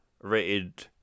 rated